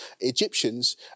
Egyptians